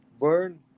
burn